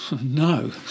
no